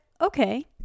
okay